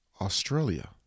Australia